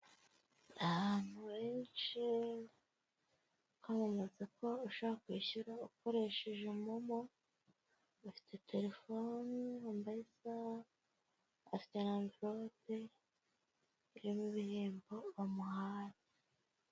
Abantu benshi bamamaza ko ushobora kwishyura ukoresheje momo, afite telefone, yambaye isaha, afite amvirope irimo ibihembo bamuhaye.